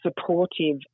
supportive